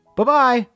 Bye-bye